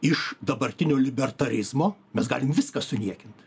iš dabartinio libertarizmo mes galim viską suniekint